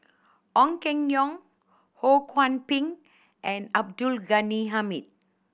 Ong Keng Yong Ho Kwon Ping and Abdul Ghani Hamid